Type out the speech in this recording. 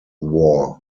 war